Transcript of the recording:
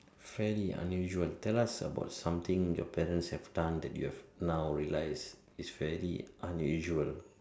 fairly unusual tell us about something your parents have done that you have now realise is fairly unusual